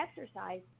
exercise